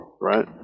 right